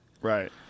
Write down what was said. Right